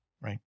right